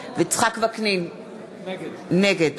יצחק וקנין, נגד